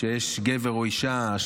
שיש גבר או אישה,